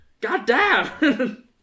Goddamn